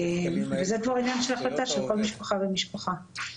זו כבר החלטה של כל משפחה ומשפחה.